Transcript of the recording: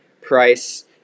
price